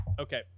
Okay